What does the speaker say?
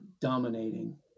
dominating